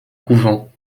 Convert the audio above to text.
couvent